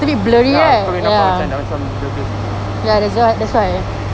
ya kau boleh nampak macam dah macam blur blur sikit